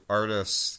artists